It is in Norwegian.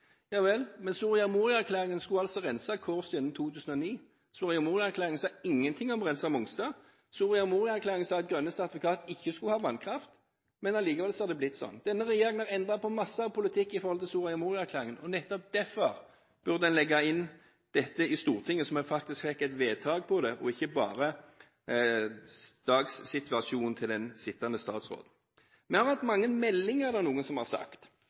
Ja, vel: Men Soria Moria-erklæringen skulle altså rense Kårstø inne 2009, Soria Moria-erklæringen sa ingenting om å rense Mongstad. Soria Moria-erklæringen sa at grønne sertifikater ikke skulle ha vannkraft, men likevel har det blitt sånn. Denne regjeringen har endret på masse politikk i forhold til Soria Moria-erklæringen. Nettopp derfor burde man ta opp dette i Stortinget slik at man faktisk fikk et vedtak på det – ikke bare at det avhenger av dagsformen til den sittende statsråd. Vi har fått mange meldinger, er det noen som har sagt.